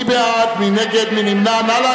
מי בעד, מי נגד, מי נמנע.